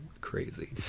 crazy